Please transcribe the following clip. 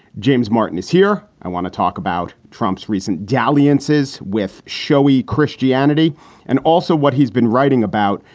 james martin is here. i want to talk about trump's recent dalliances with showy christianity and also what he's been writing about,